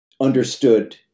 understood